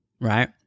Right